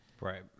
Right